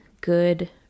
good